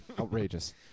outrageous